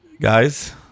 Guys